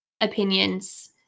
opinions